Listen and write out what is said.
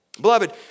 Beloved